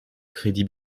crédits